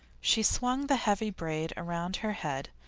she swung the heavy braid around her head,